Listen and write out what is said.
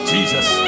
Jesus